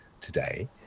today